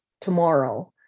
tomorrow